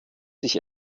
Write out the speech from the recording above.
sich